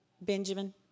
Benjamin